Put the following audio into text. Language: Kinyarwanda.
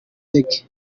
reggae